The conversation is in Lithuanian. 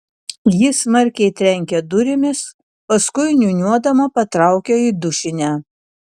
ji smarkiai trenkia durimis paskui niūniuodama patraukia į dušinę